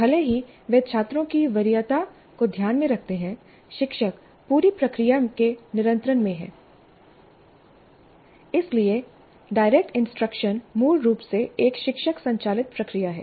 भले ही वे छात्रों की वरीयता को ध्यान में रखते हैं शिक्षक पूरी प्रक्रिया के नियंत्रण में हैं इसलिए डायरेक्ट इंस्ट्रक्शन मूल रूप से एक शिक्षक संचालित प्रक्रिया है